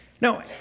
No